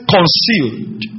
Concealed